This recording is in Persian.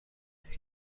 است